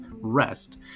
rest